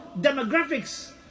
demographics